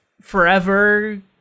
forever